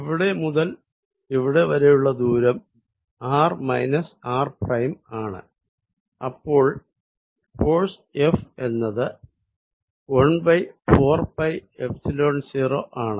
ഇവിടെ മുതൽ ഇവിടെ വരെയുള്ള ദൂരം r r ആണ് അപ്പോൾ ഫോഴ്സ് F എന്നത് 14πϵ0 ആണ്